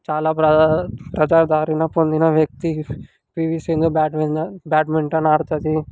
చాలా ప్రజా ప్రజాదరణ పొందిన వ్యక్తి పీవీ సింధు బ్యాడ్మింటన్ బ్యాడ్మింటన్ ఆడుతుంది